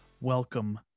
welcome